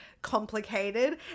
complicated